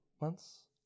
months